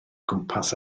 gwmpas